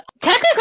Technically